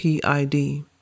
PID